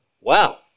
Wow